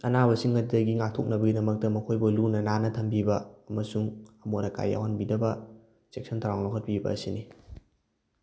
ꯑꯅꯥꯕꯁꯤꯡ ꯑꯗꯨꯗꯒꯤ ꯉꯥꯛꯊꯣꯛꯅꯕꯒꯤꯗꯃꯛꯇ ꯃꯈꯣꯏꯕꯨ ꯂꯨꯅ ꯅꯥꯟꯅ ꯊꯝꯕꯤꯕ ꯑꯃꯁꯨꯡ ꯑꯃꯣꯠ ꯑꯀꯥꯏ ꯌꯥꯎꯍꯟꯕꯤꯗꯕ ꯆꯦꯛꯁꯤꯟ ꯊꯧꯔꯥꯡ ꯂꯧꯈꯠꯄꯤꯕ ꯑꯁꯤꯅꯤ